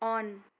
on